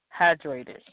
hydrated